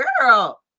girl